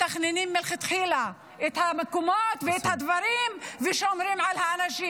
מתכננים מלכתחילה את המקומות ואת הדברים ושומרים על האנשים.